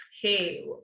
hey